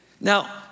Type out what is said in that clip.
Now